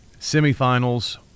semifinals